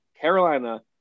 Carolina